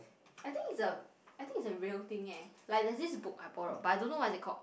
I think it's a I think it's a real thing eh like there's this book I borrowed but I don't know what is it called